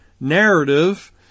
narrative